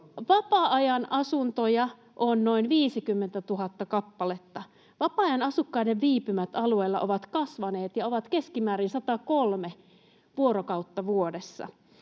Vapaa-ajan asuntoja on noin 50 000 kappaletta. Vapaa-ajan asukkaiden viipymät alueella ovat kasvaneet ja ovat keskimäärin 103 vuorokautta vuodessa.